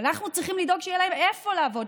אבל אנחנו צריכים לדאוג שיהיה להם איפה לעבוד,